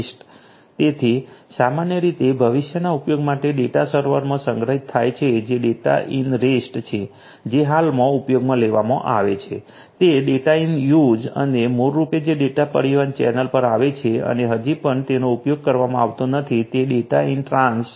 તેથી સામાન્ય રીતે ભવિષ્યના ઉપયોગ માટે ડેટા સર્વરમાં સંગ્રહિત થાય છે જે ડેટા ઈન રેસ્ટ છે જે હાલમાં ઉપયોગમાં લેવામાં આવે છે તે ડેટા ઈન યુઝ અને મૂળરૂપે જે ડેટા પરિવહન ચેનલ પર આવે છે અને હજી પણ તેનો ઉપયોગ કરવામાં આવતો નથી તે ડેટા ઈન ટ્રાંસિટ છે